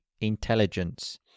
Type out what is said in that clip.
intelligence